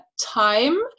time